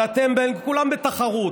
כולם בתחרות.